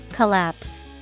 Collapse